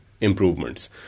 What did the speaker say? improvements